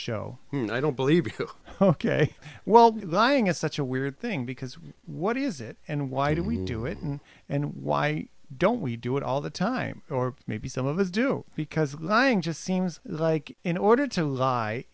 show i don't believe because well lying is such a weird thing because what is it and why do we do it and and why don't we do it all the time or maybe some of us do because lying just seems like in order to lie